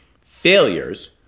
Failures